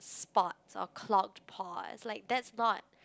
spots or clogged pores like that's not